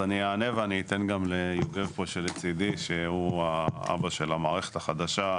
אני אענה ואני אתן גם ליוגב שלצידי שהוא האבא של המערכת החדשה,